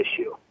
issue